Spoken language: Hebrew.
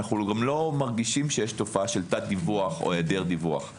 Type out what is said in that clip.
אנו גם לא מרגישים שיש תופעה של תת דיווח או היעדר דיווח.